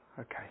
Okay